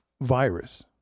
virus